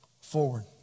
forward